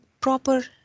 proper